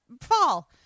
fall